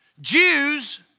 Jews